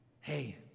Hey